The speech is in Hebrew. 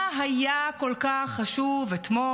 מה היה כל כך חשוב אתמול?